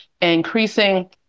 increasing